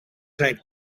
zijn